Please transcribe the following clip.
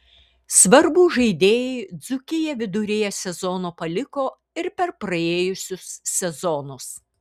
svarbūs žaidėjai dzūkiją viduryje sezono paliko ir per praėjusius sezonus